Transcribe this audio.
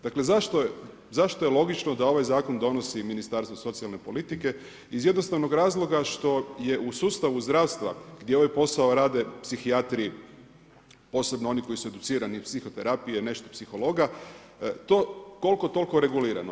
Dakle, zašto je logično da ovaj zakon donosi Ministarstvo socijalne politike iz jednostavnog razloga što je u sustavu zdravstva, gdje ovaj posao rade psihijatriji, posebno oni koji su educirani psihoterapije, nešto psihologa, to koliko toliko regulirano.